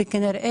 כנראה,